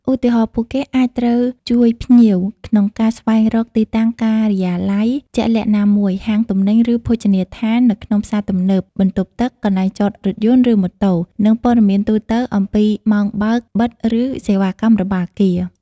ឧទាហរណ៍ ពួកគេអាចត្រូវជួយភ្ញៀវក្នុងការស្វែងរក ទីតាំងការិយាល័យជាក់លាក់ណាមួយ ហាងទំនិញ ឬភោជនីយដ្ឋាននៅក្នុងផ្សារទំនើប បន្ទប់ទឹក កន្លែងចតរថយន្ត ឬម៉ូតូ និងព័ត៌មានទូទៅអំពីម៉ោងបើក-បិទ ឬសេវាកម្មរបស់អគារ។